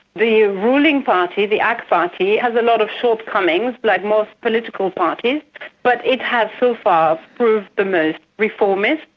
the ruling party, the ak party, has a lot of shortcomings like most political parties but it has so far proved the most reformist,